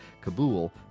Kabul